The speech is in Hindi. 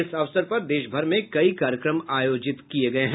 इस अवसर पर देशभर में कई कार्यक्रम आयोजित किए जा रहे हैं